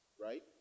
right